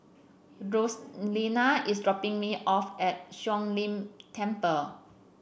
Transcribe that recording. roseanna is dropping me off at Siong Lim Temple